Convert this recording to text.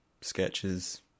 sketches